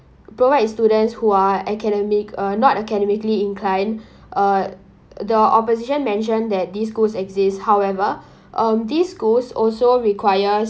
provides students who are academic uh not academically inclined uh the opposition mentioned that these schools exist however um these schools also require